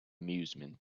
amusement